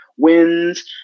wins